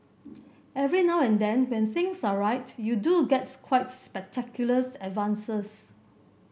every now and then when things are right you do gets quite spectaculars advances